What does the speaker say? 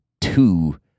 two